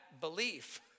belief